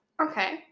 Okay